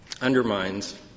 undermines